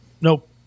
Nope